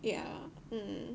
yeah mm